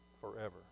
forever